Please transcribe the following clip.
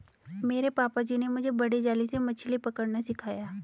मेरे पापा जी ने मुझे बड़ी जाली से मछली पकड़ना सिखाया